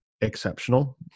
exceptional